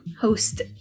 host